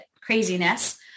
craziness